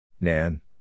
Nan